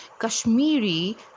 Kashmiri